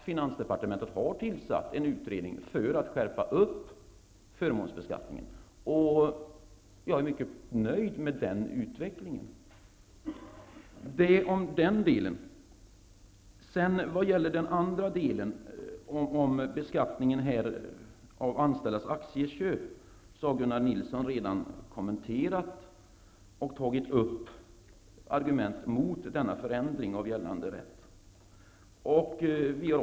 Finansdepartementet har tillsatt en utredning i syfte att skärpa förmånsbeskattningen, och jag är mycket nöjd med den utvecklingen. Vad sedan gäller beskattningen av anställdas aktieköp har Gunnar Nilsson redan kommenterat och argumenterat mot föreslagen förändring beträffande gällande rätt.